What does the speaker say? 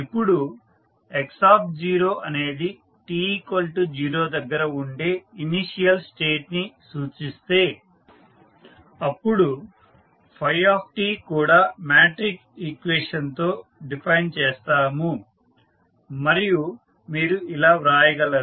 ఇప్పుడు x అనేది t0 దగ్గర ఉండే ఇనీషియల్ స్టేట్ ని సూచిస్తే అప్పుడు tకూడా మాట్రిక్స్ ఈక్వేషన్ తో డిఫైన్ చేస్తాము మరియు మీరు ఇలా వ్రాయగలరు